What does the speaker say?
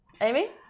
Amy